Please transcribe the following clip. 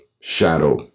shadow